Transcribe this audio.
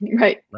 right